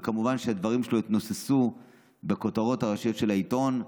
וכמובן שהדברים שלו התנוססו בכותרות הראשיות של העיתון,